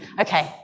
okay